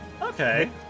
Okay